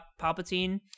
Palpatine